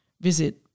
visit